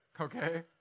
okay